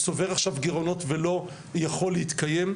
צובר עכשיו גירעונות ולא יכול להתקיים.